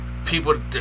people